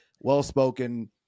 well-spoken